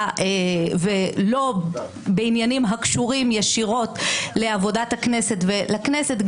ולא בעניינים הקשורים ישירות לעבודת הכנסת ולכנסת,